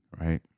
right